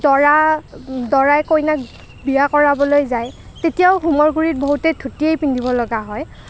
দৰা দৰাই কইনাক বিয়া কৰাবলৈ যায় তেতিয়াও হোমৰ গুৰিত বহুতেই ধুতিয়েই পিন্ধিব লগা হয়